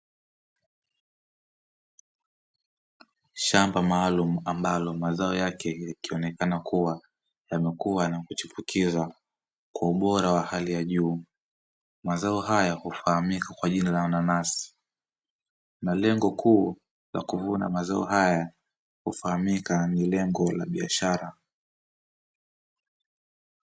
Shamba maalum ambalo mazao yake yakionekana kuwa yamekuwa yakichipukizwa kwa ubora wa hali ya juu, mazao haya hufahamika kwa jina la nanasi, na lengo kuu la kuvuna mazao haya kufahamika ni lengo la biashara.